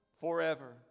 forever